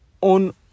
on